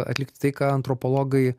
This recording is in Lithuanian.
atlikti tai ką antropologai